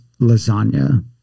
lasagna